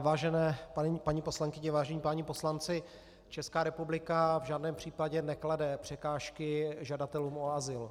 Vážené paní poslankyně, vážení páni poslanci, Česká republika v žádném případě neklade překážky žadatelům o azyl.